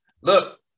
look